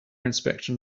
inspection